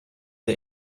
der